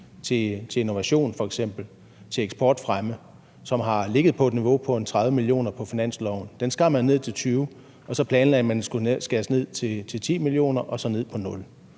til innovation og til eksportfremme, som har ligget på et niveau på ca. 30 mio. kr. på finansloven, skar man ned til 20 mio. kr., og så planlagde man, at den skulle skæres ned til 10 mio. kr. og så ned på 0